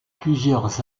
plusieurs